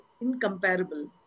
incomparable